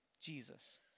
Jesus